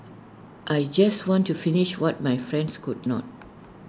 I just want to finish what my friends could not